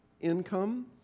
income